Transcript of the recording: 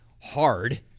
hard